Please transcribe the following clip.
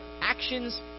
actions